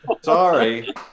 Sorry